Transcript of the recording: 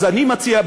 אז אני מציע,